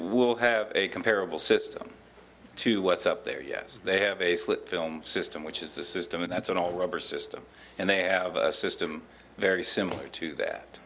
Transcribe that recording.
will have a comparable system to what's up there yes they have a slip film system which is a system that's an all rubber system and they have a system very similar to that